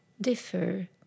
differ